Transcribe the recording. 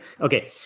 Okay